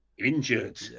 injured